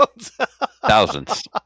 Thousands